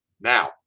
Now